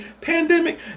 pandemic